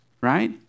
right